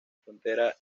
frontera